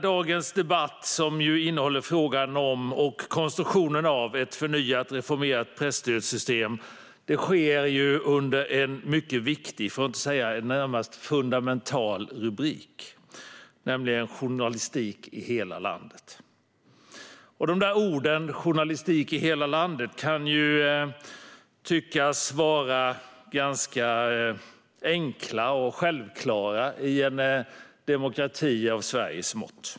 Dagens debatt, som gäller frågan om och konstruktionen av ett förnyat, reformerat presstödssystem, hålls under en mycket viktig - för att inte säga närmast fundamental - rubrik: Journalistik i hela landet . Orden "journalistik i hela landet" kan ju tyckas vara ganska enkla och självklara i en demokrati av Sveriges mått.